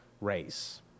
race